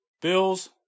Bills